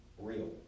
real